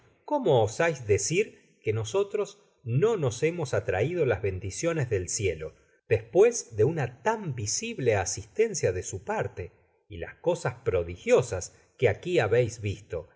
cómo osais decir que nosotros no nos hemos atraido las bendiciones del cielo despues de una tan visible asistencia de su parte y las cosas prodigiosas que aqui habeis visto